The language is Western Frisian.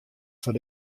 foar